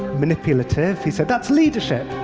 manipulative. he said, that's leadership.